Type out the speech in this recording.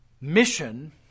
mission